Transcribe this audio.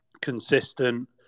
consistent